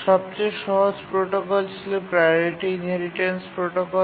সবচেয়ে সহজ প্রোটোকল ছিল প্রাওরিটি ইনহেরিটেন্স প্রোটোকল